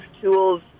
tools